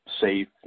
safe